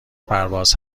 پرواز